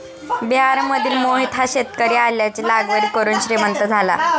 बिहारमधील मोहित हा शेतकरी आल्याची लागवड करून श्रीमंत झाला